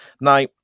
Now